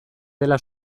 dela